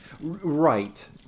right